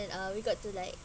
uh we got to like